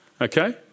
Okay